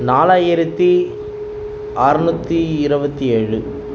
நாலாயிரத்து ஆற்நூற்றி இருபத்தி ஏழு